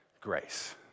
grace